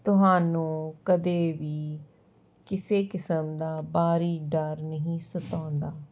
ਤੁਹਾਨੂੰ ਕਦੇ ਵੀ ਕਿਸੇ ਕਿਸਮ ਦਾ ਬਾਹਰੀ ਡਰ ਨਹੀਂ ਸਤਾਉਂਦਾ